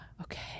Okay